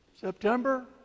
September